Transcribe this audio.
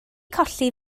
colli